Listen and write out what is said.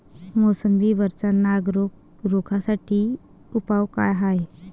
मोसंबी वरचा नाग रोग रोखा साठी उपाव का हाये?